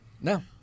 no